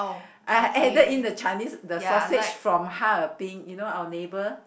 I added in the Chinese the sausage from Harbin you know our neighbour